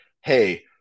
Hey